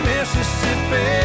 Mississippi